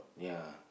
yeah